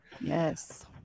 Yes